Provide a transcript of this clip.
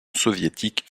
soviétique